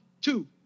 two